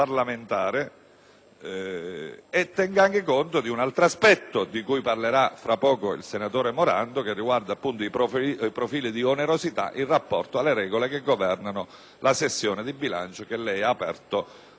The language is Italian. conto anche di un altro aspetto, di cui parlerà tra poco il senatore Morando, che riguarda i profili di onerosità in rapporto alle regole che governano la sessione di bilancio che lei ha aperto poc'anzi.